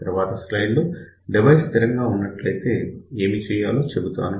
తరువాతి స్లైడ్ లో డివైస్ స్థిరంగా ఉన్నట్లైతే ఏమి చేయాలో చెపుతాను